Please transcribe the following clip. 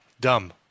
Dumb